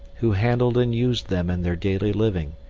who handled and used them in their daily living,